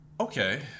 okay